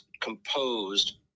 composed